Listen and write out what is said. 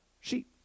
sheep